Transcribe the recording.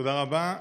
תודה רבה.